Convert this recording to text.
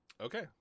Okay